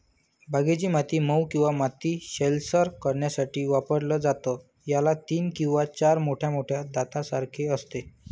बागेची माती मऊ किंवा माती सैलसर करण्यासाठी वापरलं जातं, याला तीन किंवा चार मोठ्या मोठ्या दातांसारखे असते